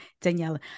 Daniela